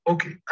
Okay